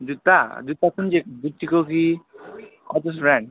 जुत्ता जुत्ता कुन चाहिँ गुच्चीको कि अर्चस भेन